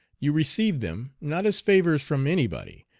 you receive them, not as favors from any body,